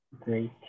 Great